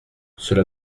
cela